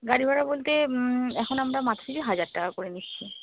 গাড়ি ভাড়া বলতে এখন আমরা মাথাপিছু হাজার টাকা করে নিচ্ছি